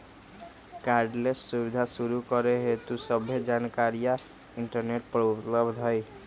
cardless सुबीधा शुरू करे हेतु सभ्भे जानकारीया इंटरनेट पर उपलब्ध हई